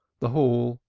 the hall,